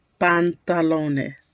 pantalones